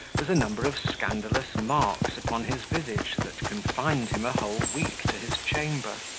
was a number of scandalous marks upon his visage that confined him a whole week to his chamber.